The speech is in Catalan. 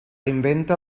inventa